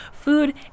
food